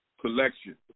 collection